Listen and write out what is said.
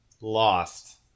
lost